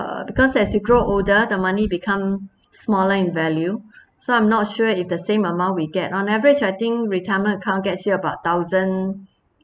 uh because as you grow older the money become smaller in value so I'm not sure if the same amount we get on average I think retirement account gets you about thousand